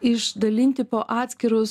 išdalinti po atskirus